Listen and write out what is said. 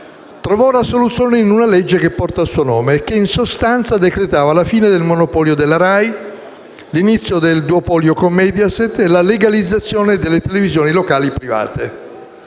Trovò la soluzione in una legge che porta il suo nome e che, in sostanza, decretava la fine del monopolio della RAI, l'inizio del duopolio con Mediaset e la legalizzazione delle televisioni locali private.